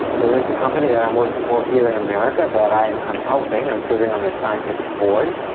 there is a company that i'm working for here in america that i'm i'm helping, i'm serving on their scientific board,